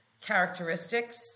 characteristics